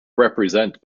represent